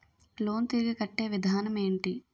Loan తిరిగి కట్టే విధానం ఎంటి?